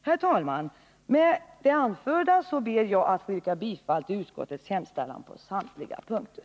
Herr talman! Med det anförda ber jag att få yrka bifall till utskottets hemställan på samtliga punkter.